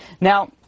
Now